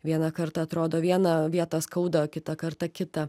vieną kartą atrodo vieną vietą skauda o kitą kartą kitą